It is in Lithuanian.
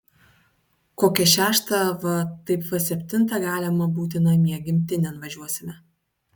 kokią šeštą va taip va septintą galima būti namie gimtinėn važiuosime